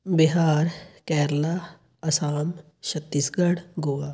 Bihar Kerala Assam Chhattisgarh Goa